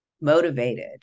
motivated